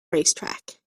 racetrack